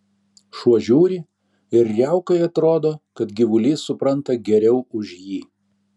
šuo žiūri ir riaukai atrodo kad gyvulys supranta geriau už jį